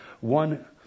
One